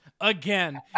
again